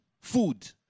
food